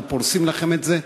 אנחנו פורסים לכם את זה,